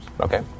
Okay